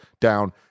down